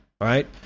right